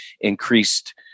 increased